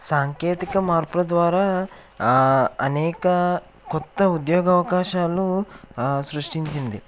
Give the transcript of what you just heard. సాంకేతిక మార్పుల ద్వారా అనేక కొత్త ఉద్యోగ అవకాశాలు సృష్టించింది